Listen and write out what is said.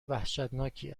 وحشتناکی